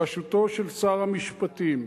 בראשותו של שר המשפטים.